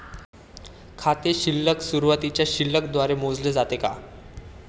खाते शिल्लक सुरुवातीच्या शिल्लक द्वारे मोजले जाते का?